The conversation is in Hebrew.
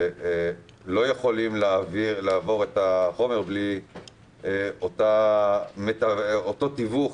שלא יכולים לעבור את החומר בלי אותו תיווך